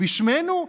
בשמנו?